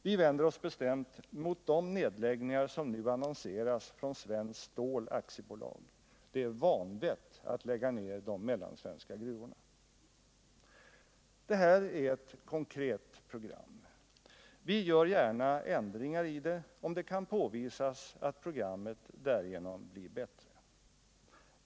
Vi vänder oss bestämt mot de nedläggningar som nu annonseras från Svenskt Stål AB — det är vanvett att lägga ner de mellansvenska gruvorna! Det här är ett konkret program. Vi gör gärna ändringar i det, om det kan påvisas att programmet därigenom blir bättre.